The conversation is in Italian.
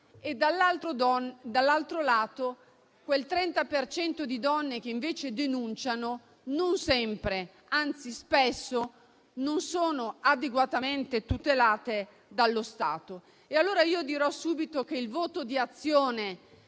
dall'altro lato, quel 30 per cento di donne, che invece denunciano, non sempre sono, anzi spesso non sono adeguatamente tutelate dallo Stato. Io dirò subito che il voto di Azione,